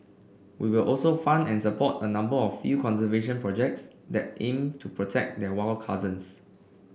we will also fund and support a number of field conservation projects that aim to protect their wild cousins